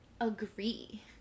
agree